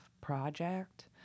project